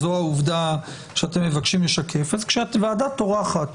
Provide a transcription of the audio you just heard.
זו העובדה שאתם מבקשים לשקף כשהוועדה טורחת